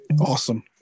Awesome